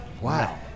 Wow